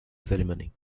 ceremony